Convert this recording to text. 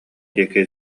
диэки